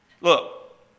Look